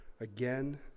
again